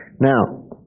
Now